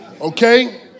Okay